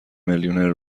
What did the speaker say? میلیونر